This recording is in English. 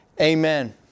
Amen